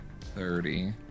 thirty